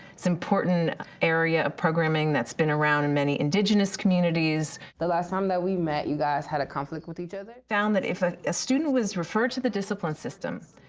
it's important area of programming that's been around in many indigenous communities. the last time that we met, you guys had a conflict with each other. found that if ah a student was referred to the discipline system,